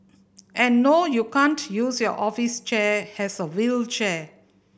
and no you can't use your office chair has a wheelchair